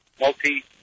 multi